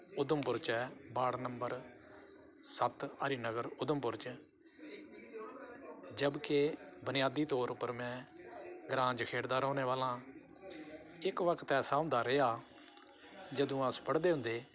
उधमपुर च ऐ ward number सत्त हरिनगर उधमपुर च जब के बुनियादी तौर पर में ग्रां जखेड़ दा रौह्ने वाला आं इक वक्त ऐसा होंदा रेहा जदूं अस पढ़दे होंदे